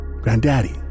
Granddaddy